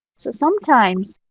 so sometimes